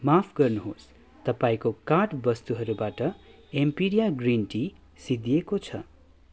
माफ गर्नुहोस् तपाईँको कार्ट वस्तुहरूबाट एम्पेरिया ग्रिन टी सिद्धिएको छ